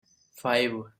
five